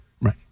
Right